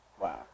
Wow